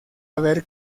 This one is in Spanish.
haber